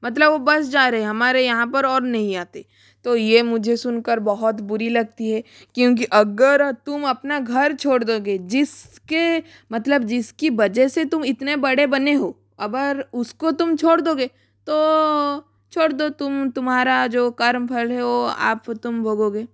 मतलब वो बस जा रहे हमारे यहाँ पर और नहीं आते तो ये मुझे सुनकर बहुत बुरी लगती है क्योंकि अगर तुम अपना घर छोड़ दोगे जिसके मतलब जिसकी वजह से तुम इतने बड़े बने हो अब उसको तुम छोड़ दोगे तो छोड़ दो तुम तुम्हारा जो कर्म फल है वो आप तुम भोगोगे